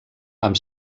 amb